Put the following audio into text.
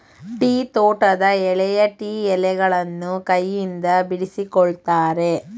tea ತೋಟದ ಎಳೆಯ tea ಎಲೆಗಳನ್ನು ಕೈಯಿಂದ ಬಿಡಿಸಿಕೊಳ್ಳುತ್ತಾರೆ